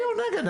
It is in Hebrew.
תצביעו נגד.